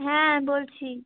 হ্যাঁ বলছি